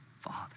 father